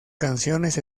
canciones